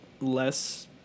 less